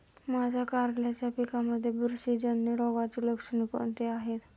माझ्या कारल्याच्या पिकामध्ये बुरशीजन्य रोगाची लक्षणे कोणती आहेत?